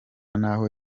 n’aho